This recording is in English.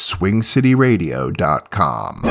SwingCityRadio.com